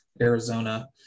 Arizona